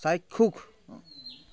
চাক্ষুষ